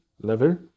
level